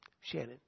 Shannon